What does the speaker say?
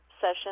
session